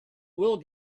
will